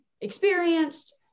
experienced